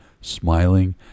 smiling